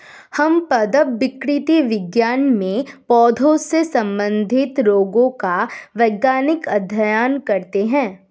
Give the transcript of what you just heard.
हम पादप विकृति विज्ञान में पौधों से संबंधित रोगों का वैज्ञानिक अध्ययन करते हैं